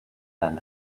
than